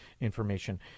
information